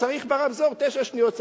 צריך ברמזור תשע שניות צפון,